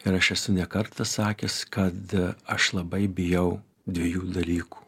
ir aš esu ne kartą sakęs kad aš labai bijau dviejų dalykų